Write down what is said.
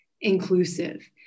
inclusive